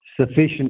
sufficient